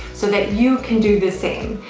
so that you can do the same.